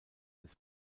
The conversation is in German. des